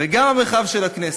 וגם במרחב של הכנסת,